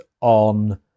on